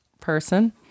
person